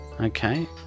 okay